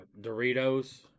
Doritos